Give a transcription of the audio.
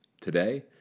today